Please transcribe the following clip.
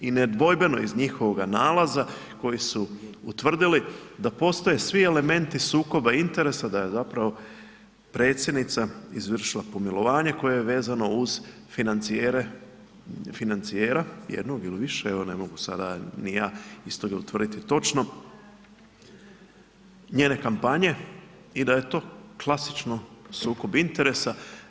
I nedvojbeno iz njihovoga nalaza da postoje svi elementi sukoba interesa da je zapravo predsjednica izvršila pomilovanje koje je vezano uz financijere, financijera jednog ili više, evo ne mogu sada ni ja iz toga utvrditi točno, njene kampanje i da je to klasično sukob interesa.